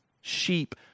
sheep